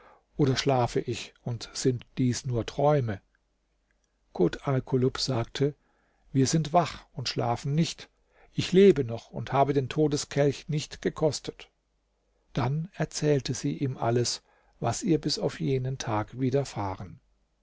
oder schlafe ich und sind dies nur träume kut alkulub sagte wir sind wach und schlafen nicht ich lebe noch und habe den todeskelch nicht gekostet dann erzählte sie ihm alles was ihr bis auf jenen tag